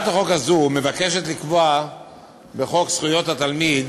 חשוב לשמוע את הנימוקים.